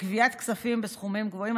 וגביית כספים בסכומים גבוהים,